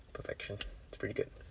perfection it's pretty good